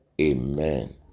Amen